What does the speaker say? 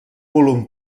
volum